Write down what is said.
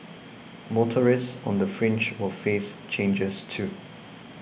motorists on the fringe will face changes too